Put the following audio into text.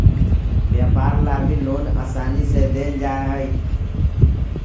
व्यापार ला भी लोन आसानी से देयल जा हई